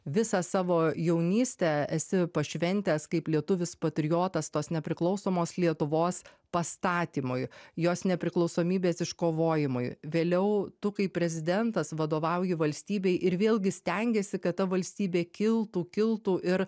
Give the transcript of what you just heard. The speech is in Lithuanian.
visą savo jaunystę esi pašventęs kaip lietuvis patriotas tos nepriklausomos lietuvos pastatymui jos nepriklausomybės iškovojimui vėliau tu kaip prezidentas vadovauji valstybei ir vėlgi stengiesi kad ta valstybė kiltų kiltų ir